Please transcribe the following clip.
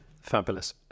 fabulous